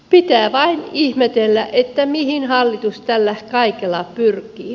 pitää vain ihmetellä mihin hallitus tällä kaikella pyrkii